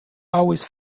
always